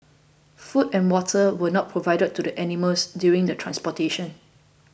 food and water were not provided to the animals during the transportation